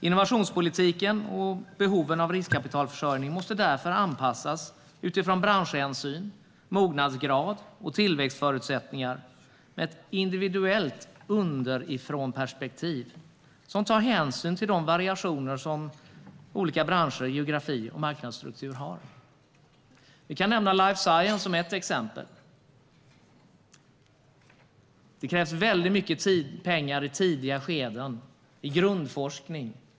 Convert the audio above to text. Innovationspolitiken och behoven av riskkapitalförsörjning måste därför anpassas utifrån branschhänsyn, mognadsgrad och tillväxtförutsättningar med ett individuellt underifrånperspektiv som tar hänsyn till de variationer som olika branscher, geografi och marknadsstrukturer har. Vi kan ta life science som ett exempel. Det kräver väldigt mycket tid och pengar i tidiga skeden, i grundforskningen.